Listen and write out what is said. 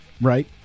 right